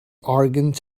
organs